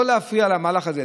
לא להפריע למהלך הזה.